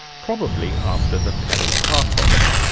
probably after the peripatos,